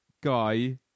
guy